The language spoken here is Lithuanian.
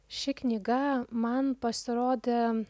ši knyga man pasirodė